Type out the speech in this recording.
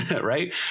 Right